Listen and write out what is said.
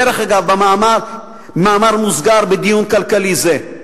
דרך אגב, במאמר מוסגר בדיון כלכלי זה.